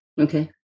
Okay